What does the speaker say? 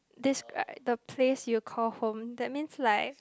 describe the place you call home that means like